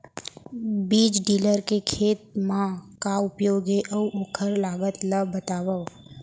बीज ड्रिल के खेत मा का उपयोग हे, अऊ ओखर लागत ला बतावव?